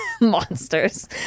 Monsters